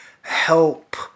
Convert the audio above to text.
help